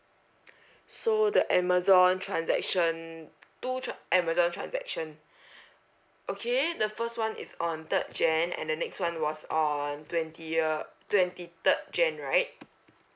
so the amazon transaction two ch~ amazon transaction okay the first one is on third jan and the next one was on twenti~ twenty third jan right